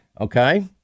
Okay